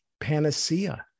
panacea